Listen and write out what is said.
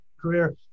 career